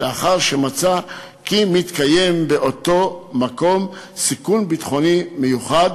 לאחר שמצא כי מתקיים באותו מקום סיכון ביטחוני מיוחד